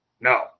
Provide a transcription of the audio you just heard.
no